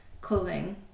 clothing